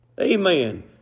Amen